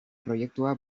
proiektua